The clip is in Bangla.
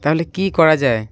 তাহলে কী করা যায়